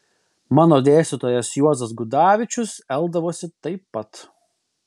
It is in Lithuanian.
mano dėstytojas juozas gudavičius elgdavosi taip pat